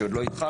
שעוד לא התחלנו.